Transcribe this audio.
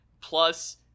plus